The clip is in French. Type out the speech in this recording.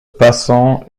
passants